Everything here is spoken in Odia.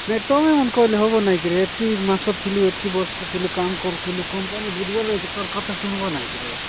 ନାଇ ତୁମେମାନେ କହିଲେ ହେବ ନାହିଁ କିରେ ଏତିକି ମାସ ଥିଲୁ ଏତିକି ବର୍ଷ ଥିଲୁ କାମ କରୁଥିଲୁ କମ୍ପାନୀ ବୁଝିବ ନାଇଁ କି ତୋର କଥା ଶୁଣିବ ନାଇଁ କିରେ